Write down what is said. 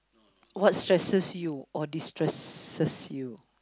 what stresses you or destresses you